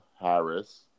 Harris